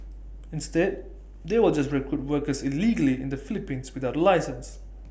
instead they will just recruit workers illegally in the Philippines without A licence